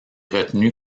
retenu